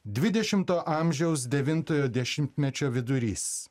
dvidešimto amžiaus devintojo dešimtmečio vidurys